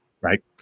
Right